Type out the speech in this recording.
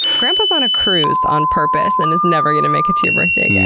grandpa's on a cruise on purpose and is never going to make it to your birthday again.